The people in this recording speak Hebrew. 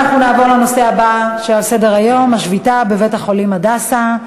אנחנו נעבור לנושא הבא שעל סדר-היום: השביתה בבית-החולים "הדסה",